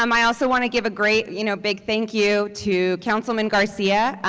um i also want to give a great you know big thank you to councilman garcia.